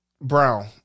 Brown